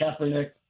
Kaepernick